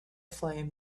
flame